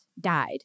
died